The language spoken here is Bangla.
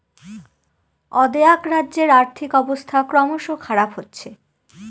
অ্দেআক রাজ্যের আর্থিক ব্যবস্থা ক্রমস খারাপ হচ্ছে